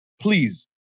please